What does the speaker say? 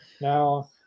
Now